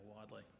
widely